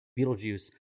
Beetlejuice